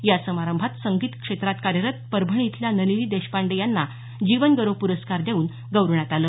यासमारंभात संगीत क्षेत्रात कार्यरत परभणी इथल्या नलिनी देशपांडे यांना जीवनगौरव प्रस्कार देऊन गौरवण्यात आलं